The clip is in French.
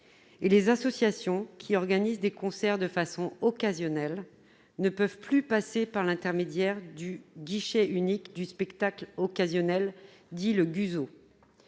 et les associations qui organisent des concerts de façon occasionnelle ne peuvent plus passer par l'intermédiaire du guichet unique du spectacle occasionnel, le GUSO.